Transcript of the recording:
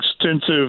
extensive